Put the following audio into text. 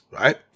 right